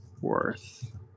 worth